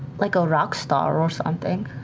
like a rock star or something.